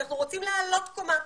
אנחנו רוצים לעלות קומה,